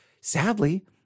sadly